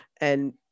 and-